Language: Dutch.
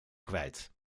kwijt